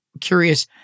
curious